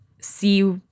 see